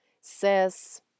says